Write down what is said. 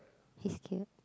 he is cute